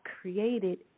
created